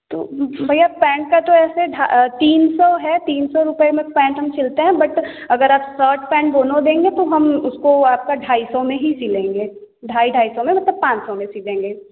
तो भैया पैंट का तो ऐसे ढा तीन सौ है तीन सौ रुपए में पैंट हम सिलते हैं बट अगर आप सर्ट पैंट दोनों देंगे तो हम उसको आपका ढाई सौ में ही सिलेंगे ढाई ढाई सौ में मतलब पाँच सौ में सिलेंगे